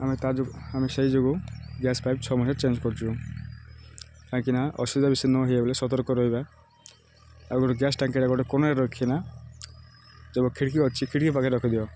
ଆମେ ତା ଯୋଗୁଁ ଆମେ ସେଇ ଯୋଗୁଁ ଗ୍ୟାସ୍ ପାଇପ୍ ଛଅ ମାସରେ ଚେଞ୍ଜ୍ କରୁଛୁ କାହିଁକିନା ଅସୁବିଧା ବେଶୀ ନହଉ ବଲେ ସତର୍କ ରହିବା ଆଉ ଗୋଟେ ଗ୍ୟାସ୍ ଟ୍ୟାଙ୍କିଟା ଗୋଟେ କୋଣରେ ରଖିକିନା ଯେଉଁ ଖିଡ଼ିକି ଅଛି ଖିଡ଼ିକି ପାଖରେ ରଖିଦିଅ